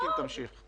השר אלקין, תמשיך.